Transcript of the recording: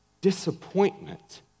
Disappointment